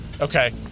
Okay